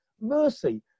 mercy